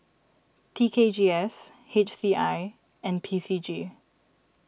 T K G S H C I and P C G